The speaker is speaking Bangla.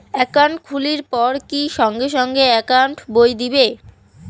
একাউন্ট খুলির পর কি সঙ্গে সঙ্গে একাউন্ট বই দিবে?